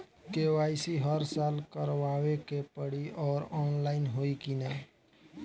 KYC हर साल करवावे के पड़ी और ऑनलाइन होई की ना?